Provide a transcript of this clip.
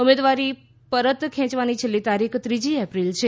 ઉમેદવારી પરત ખેંચવાની છેલ્લી તારીખ ત્રીજી એપ્રિલ છે